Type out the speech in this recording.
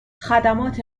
خدمات